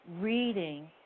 reading